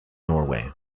norway